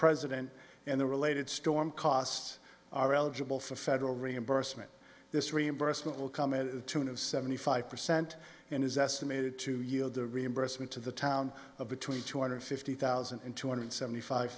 president and the related storm costs are eligible for federal reimbursement this reimbursement will come in the tune of seventy five percent and is estimated to yield the reimbursement to the town of between two hundred fifty thousand and two hundred seventy five